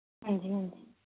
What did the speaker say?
ਹਾਂਜੀ ਹਾਂਜੀ